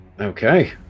Okay